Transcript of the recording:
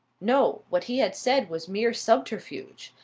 no! what he had said was mere subterfuge.